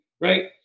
Right